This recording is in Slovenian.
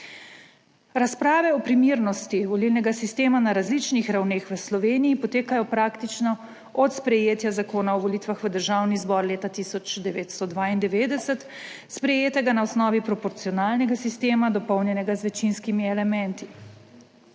Razprave o primernosti volilnega sistema na različnih ravneh v Sloveniji potekajo praktično od sprejetja Zakona o volitvah v državni zbor leta 1992, sprejetega na osnovi proporcionalnega sistema, dopolnjenega z večinskimi elementi.